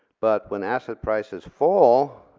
but when asset prices fall,